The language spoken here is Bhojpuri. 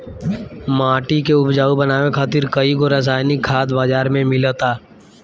माटी के उपजाऊ बनावे खातिर कईगो रासायनिक खाद बाजार में मिलता